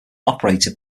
operated